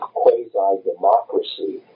quasi-democracy